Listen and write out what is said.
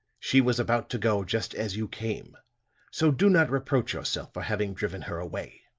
she was about to go just as you came so do not reproach yourself for having driven her away.